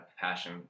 passion